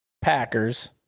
Packers